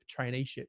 traineeship